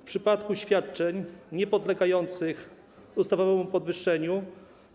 W przypadku świadczeń niepodlegających ustawowemu podwyższeniu